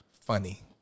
Funny